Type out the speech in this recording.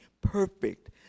perfect